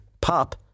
pop